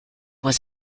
was